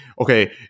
okay